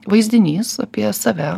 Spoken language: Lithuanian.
vaizdinys apie save